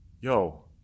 yo